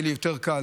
יהיה לי יותר קל.